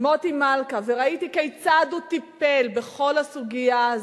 מוטי מלכה וראיתי כיצד הוא טיפל בכל הסוגיה הזאת,